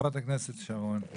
חברת הכנסת שרון ניר.